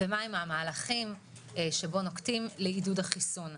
ומה המהלכים שנוקטים לעידוד החיסון.